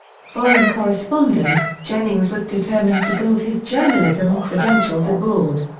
foreign correspondent jennings was determined to build his journalism credentials abroad.